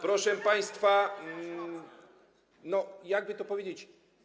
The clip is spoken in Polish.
Proszę państwa, jak by to powiedzieć.